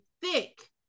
thick